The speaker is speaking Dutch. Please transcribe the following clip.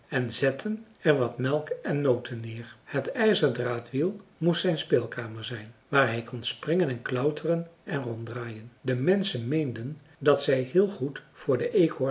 en zetten er wat melk en noten neer het ijzerdraadwiel moest zijn speelkamer zijn waar hij kon springen en klauteren en ronddraaien de menschen meenden dat zij heel goed voor den